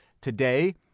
Today